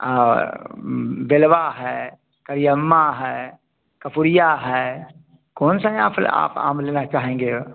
और बेलवा है करियम्मा है कपुड़िया है कौन सा आप आप आम लेना चाहेंगे